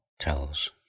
tells